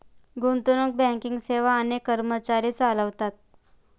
गुंतवणूक बँकिंग सेवा अनेक कर्मचारी चालवतात